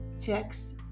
checks